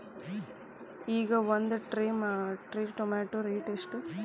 ಈಗ ಒಂದ್ tray tomato rate ಎಷ್ಟ?